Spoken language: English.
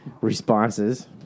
responses